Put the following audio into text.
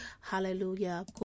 Hallelujah